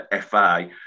FA